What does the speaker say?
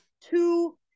two